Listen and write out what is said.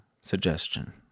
suggestion